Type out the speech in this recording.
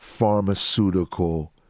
pharmaceutical